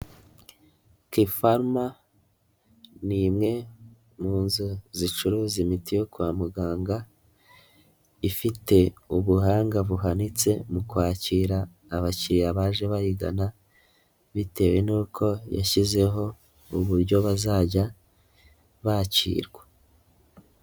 Kipharma ni imwe mu nzu zicuruza imiti yo kwa muganga ifite ubuhanga buhanitse mu kwakira abakiriya baje bayigana bitewe n'uko yashyizeho uburyo bazajya bakirwa.